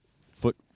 foot